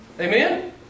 Amen